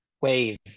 wave